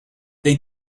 they